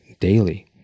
daily